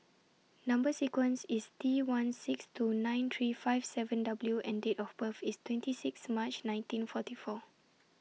Number sequence IS T one six two nine three five seven W and Date of birth IS twenty six March nineteen forty four